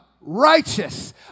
righteous